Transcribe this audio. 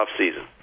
offseason